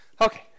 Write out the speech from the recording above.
Okay